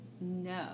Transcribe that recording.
no